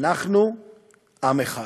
אנחנו עם אחד.